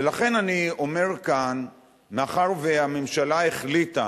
ולכן אני אומר כאן: מאחר שהממשלה החליטה,